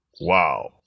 Wow